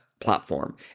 platform